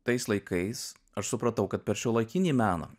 tais laikais aš supratau kad per šiuolaikinį meną